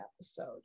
episode